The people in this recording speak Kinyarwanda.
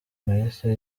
nahise